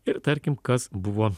ir tarkim kas buvo